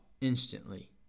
instantly